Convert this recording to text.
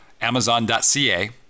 amazon.ca